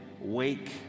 wake